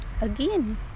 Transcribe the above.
again